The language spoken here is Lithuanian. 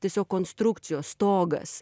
tiesiog konstrukcijos stogas